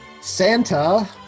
Santa